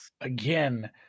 again